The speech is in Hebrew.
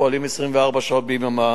פועלים 24 שעות ביממה